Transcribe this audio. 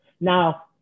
now